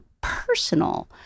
personal